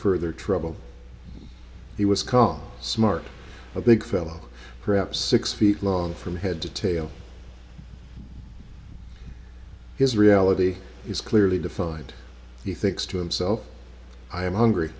further trouble he was caught smart a big fellow perhaps six feet long from head to tail his reality is clearly defined he thinks to himself i am hungry